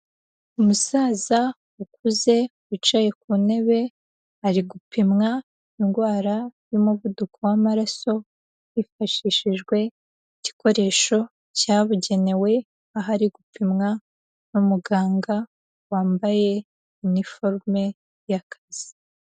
Umusaza ukuze, wicaye ku ntebe ari gupimwa indwara y'umuvuduko w'amaraso, hifashishijwe igikoresho cyabugenewe, aho ari gupimwa na muganga wambaye iniforume y'akazi.